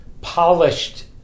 polished